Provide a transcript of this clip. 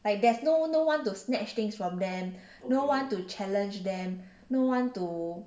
like there's no no one to snatch things from them no one to challenge them no one to